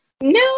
No